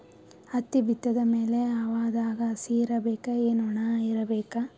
ಹತ್ತಿ ಬಿತ್ತದ ಮ್ಯಾಲ ಹವಾದಾಗ ಹಸಿ ಇರಬೇಕಾ, ಏನ್ ಒಣಇರಬೇಕ?